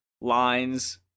lines